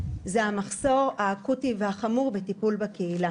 היא המחסור האקוטי והחמור בטיפול בקהילה.